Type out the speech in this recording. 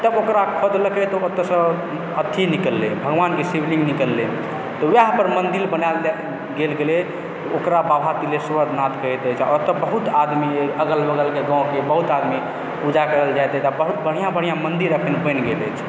तब ओकरा खोदलकय तऽ ओतयसँ अथी निकललय भगवानके शिवलिङ्ग निकललय तऽ वएह पर मन्दिर बना देल गेलय ओकरा बाबा तिल्हेश्वर नाथ कहैत अछि आ ओतय बहुत आदमी अगल बगलके गाँवके बहुत आदमी पूजा करऽ लए जाइत अछि आ बहुत बढ़िआँ बढ़िआँ मन्दिर अखन बनि गेल अछि